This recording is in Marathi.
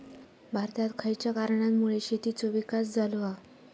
भारतात खयच्या कारणांमुळे शेतीचो विकास झालो हा?